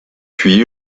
puis